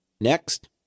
Next